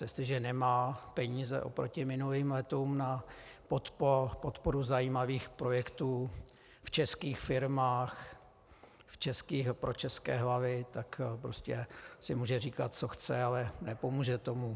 Jestliže nemá peníze oproti minulým letům na podporu zajímavých projektů v českých firmách, pro české hlavy, tak prostě si může říkat, co chce, ale nepomůže tomu.